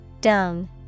Dung